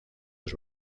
los